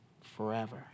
forever